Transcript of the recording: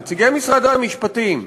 נציגי משרד המשפטים,